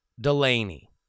Delaney